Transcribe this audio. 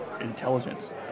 intelligence